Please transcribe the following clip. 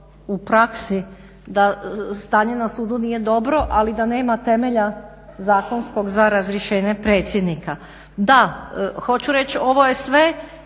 u praksi da stanje na sudu nije dobro ali da nema temelja zakonskog za razrješenje predsjednika. Da, hoću reći ovo je sve